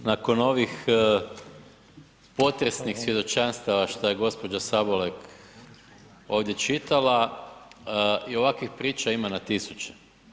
Nakon ovih potresnih svjedočanstava šta je gđa. Sabolek ovdje čitala i ovakvih priča ima na tisuće.